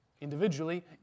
individually